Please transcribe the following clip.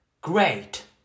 Great